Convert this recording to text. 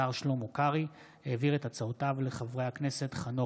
השר אבי דיכטר העביר לחבר הכנסת שלום